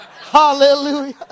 hallelujah